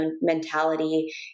mentality